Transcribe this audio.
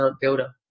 builder